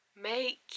make